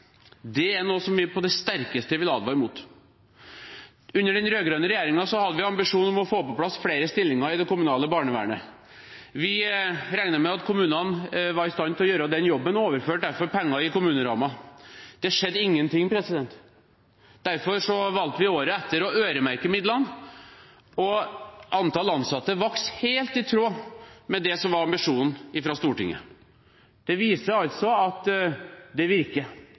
Det er noe vi på det sterkeste vil advare mot. Under den rød-grønne regjeringen hadde vi ambisjoner om å få på plass flere stillinger i det kommunale barnevernet. Vi regnet med at kommunene var i stand til å gjøre den jobben, og overførte derfor penger i kommunerammen. Det skjedde ingenting. Derfor valgte vi året etter å øremerke midlene, og antall ansatte vokste helt i tråd med det som var ambisjonen fra Stortinget. Det viser altså at det virker